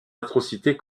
atrocités